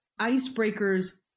icebreakers